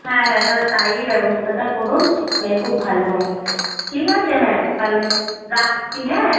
হ্যাঁ হ্যাঁ তাহলে তাই ব্যবস্থাটা করুন তাহলে খুব ভালো হয় ঠিক আছে হ্যাঁ তাহলে রাখছি হ্যাঁ